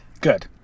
Good